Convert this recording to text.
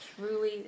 Truly